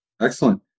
Excellent